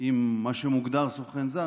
אדוני השר.